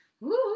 Woo